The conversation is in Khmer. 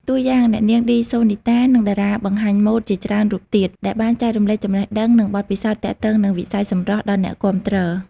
តួយ៉ាង អ្នកនាង ឌី សូនីតា និងតារាបង្ហាញម៉ូតជាច្រើនរូបទៀត ដែលបានចែករំលែកចំណេះដឹង និងបទពិសោធន៍ទាក់ទងនឹងវិស័យសម្រស់ដល់អ្នកគាំទ្រ។